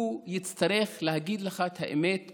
הוא יצטרך להגיד לך את האמת בפנים,